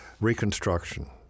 Reconstruction